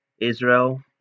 Israel